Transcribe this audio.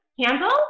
handle